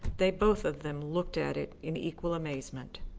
they both of them looked at it in equal amazement.